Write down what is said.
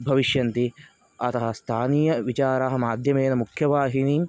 भविष्यन्ति अतः स्थानीयविचाराः माध्यमेन मुख्यवाहिनीं